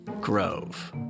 Grove